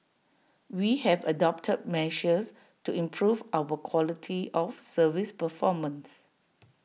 we have adopted measures to improve our quality of service performance